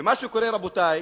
מה שקורה, רבותי,